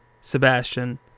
Sebastian